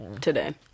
today